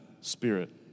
spirit